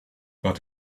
but